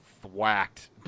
thwacked